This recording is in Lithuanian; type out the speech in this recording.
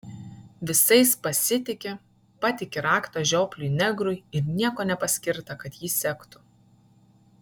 visais pasitiki patiki raktą žiopliui negrui ir nieko nepaskirta kad jį sektų